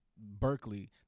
Berkeley